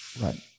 Right